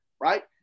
Right